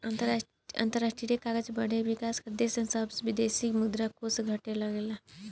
अंतरराष्ट्रीय कर्जा बढ़े पर विकाशील देश सभ के विदेशी मुद्रा कोष घटे लगेला